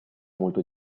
molto